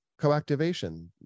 coactivation